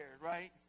right